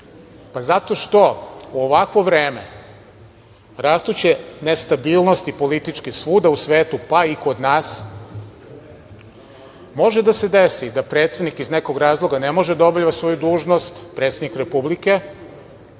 Pa zato što u ovakvo vreme rastuće nestabilnosti političke svuda u svetu, pa i kod nas može da se desi da predsednik iz nekog razloga ne može da obavlja svoju dužnost, predsednik Republike,